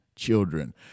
children